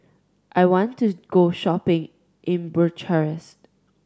I want to go shopping in Bucharest